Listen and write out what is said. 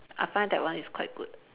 I find that one is quite good